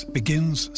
begins